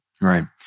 Right